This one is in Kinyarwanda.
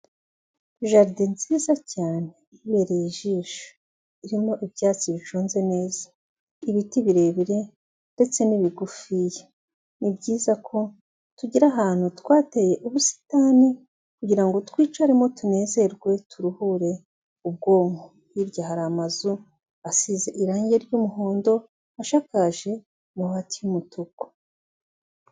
Jaride nziza cyane ibereye ijisho. Irimo ibyatsi biconze neza, ibiti birebire ndetse n'ibigufi. Ni byiza ko tugira ahantu twateye ubusitani, kugira ngo twicaremo tunezerwe turuhure ubwonko. Hirya hari amazu asize irangi ry'umuhondo, ashakaje amabati y'umutuku.